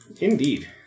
indeed